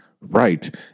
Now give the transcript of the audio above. right